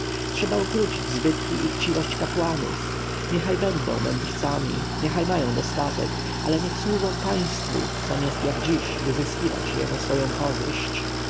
trzeba ukrócić zbytki i chciwość kapłanów niechaj będą mędrcami niech mają dostatek ale niech służą państwu zamiast jak dziś wyzyskiwać je na swoją korzyść